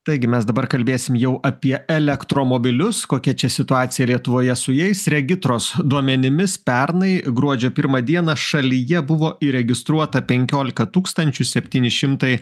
taigi mes dabar kalbėsim jau apie elektromobilius kokia čia situacija lietuvoje su jais regitros duomenimis pernai gruodžio pirmą dieną šalyje buvo įregistruota penkiolika tūkstančių septyni šimtai